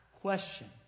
Question